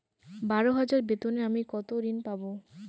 বারো হাজার বেতনে আমি কত ঋন পাব?